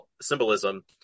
symbolism